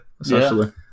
essentially